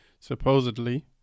supposedly